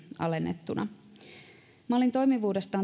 alennettuna mallin toimivuudesta